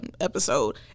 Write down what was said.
episode